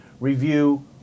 review